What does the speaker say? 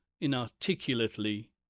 inarticulately